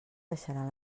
baixaran